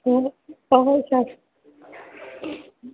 ꯍꯣꯏ ꯍꯣꯏ ꯍꯣꯏ ꯁꯥꯔ